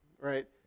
right